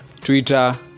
Twitter